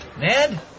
Ned